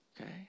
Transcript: Okay